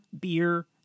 beer